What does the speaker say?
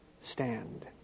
stand